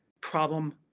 problem